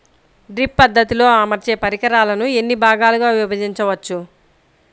Drip పద్ధతిలో అమర్చే పరికరాలను ఎన్ని భాగాలుగా విభజించవచ్చు?